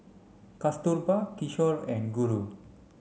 Kasturba Kishore and Guru